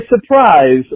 surprise